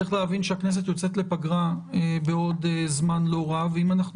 צריך להבין שהכנסת יוצאת לפגרה בעוד זמן לא רב ואם אנחנו